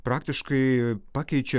praktiškai pakeičia